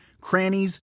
crannies